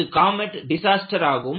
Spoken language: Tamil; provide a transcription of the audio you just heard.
இது காமெட் டிசாஸ்டர் ஆகும்